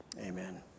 Amen